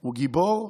הוא גיבור,